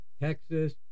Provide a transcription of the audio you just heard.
Texas